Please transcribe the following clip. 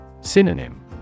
Synonym